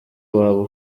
waba